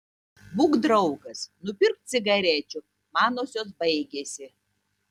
būk draugas nupirk cigarečių manosios baigėsi